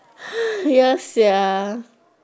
yes ya